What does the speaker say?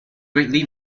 greatly